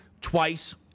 twice